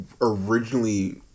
originally